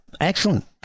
Excellent